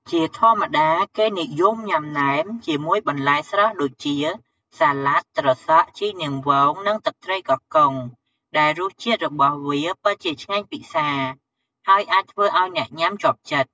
ជាធម្មតា គេនិយមញ៉ាំណែមជាមួយបន្លែស្រស់ដូចជា សាលាដ ត្រសក់ ជីនាងវង និងទឹកត្រីកោះកុង ដែលរសជាតិរបស់វាពិតជាឆ្ងាញ់ពិសា ហើយអាចធ្វើឱ្យអ្នកញ៉ាំជាប់ចិត្ត។